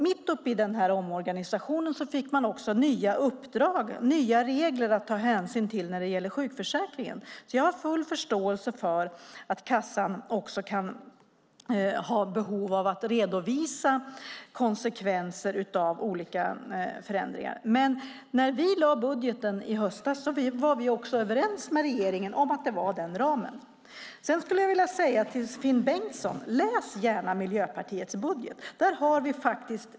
Mitt uppe i omorganisationen fick man nya uppdrag och nya regler att ta hänsyn till när det gäller sjukförsäkringen, så jag har full förståelse för att kassan kan ha ett behov av att redovisa konsekvenserna av olika förändringar. I höstas när vi lade vår budget var vi överens med regeringen om ramen. Finn Bengtsson, läs gärna Miljöpartiets budget!